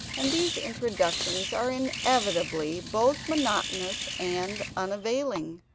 and these introductions are inevitably both monotonous and unavailing.